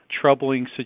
troubling